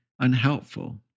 Unhelpful